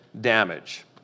damage